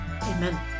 Amen